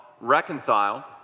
reconcile